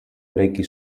eraiki